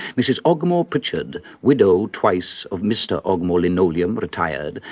mrs ogmore-pritchard widow, twice, of mr ogmore, linoleum, retired,